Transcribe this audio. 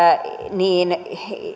niin